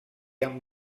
amb